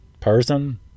person